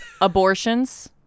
Abortions